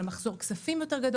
על מחזור כספים גדול יותר.